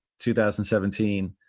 2017